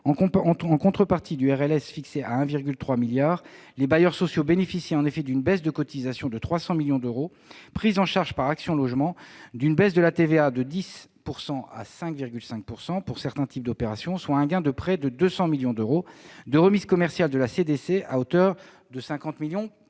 En contrepartie d'une RLS fixée à 1,3 milliard d'euros, les bailleurs sociaux bénéficient en effet d'une baisse de cotisations de 300 millions d'euros prise en charge par Action Logement, d'une baisse de la TVA de 10 % à 5,5 % pour certains types d'opérations, soit un gain de près de 200 millions d'euros, de remises commerciales de la Caisse des dépôts